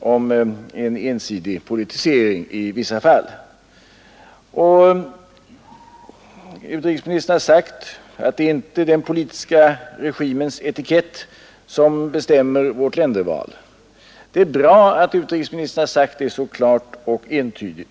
om en ensidig politisering i vissa fall. Utrikesministern har sagt att det inte är den politiska regimens etikett som bestämmer vårt länderval. Det är bra att utrikesministern har sagt det så klart och entydigt.